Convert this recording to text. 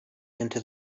into